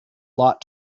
lot